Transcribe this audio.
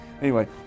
Anyway